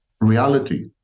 Reality